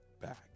back